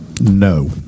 No